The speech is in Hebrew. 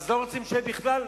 לא רוצים שיהיה בכלל?